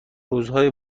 روزهای